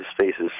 spaces